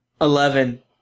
Eleven